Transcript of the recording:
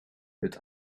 het